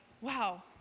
wow